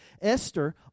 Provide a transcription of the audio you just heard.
Esther